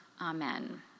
Amen